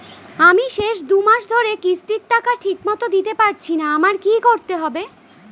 আমি শেষ দুমাস ধরে কিস্তির টাকা ঠিকমতো দিতে পারছিনা আমার কি করতে হবে?